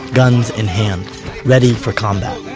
guns in hand ready for combat.